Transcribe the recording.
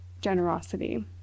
generosity